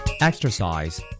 Exercise